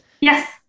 Yes